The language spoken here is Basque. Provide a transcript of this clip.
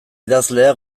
idazlea